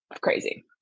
crazy